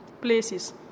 places